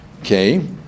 Okay